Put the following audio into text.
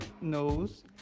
knows